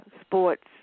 sports